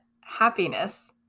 happiness